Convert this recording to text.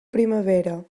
primavera